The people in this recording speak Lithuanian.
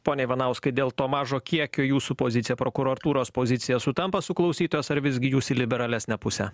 pone ivanauskai dėl to mažo kiekio jūsų pozicija prokuratūros pozicija sutampa su klausytojos ar visgi jūs į liberalesnę pusę